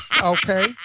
Okay